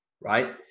right